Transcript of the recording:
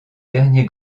dernier